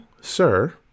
sir